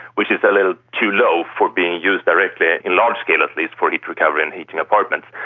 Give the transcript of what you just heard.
which is a little too low for being used directly in large scale at least for heat recovery and heating apartments.